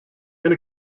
and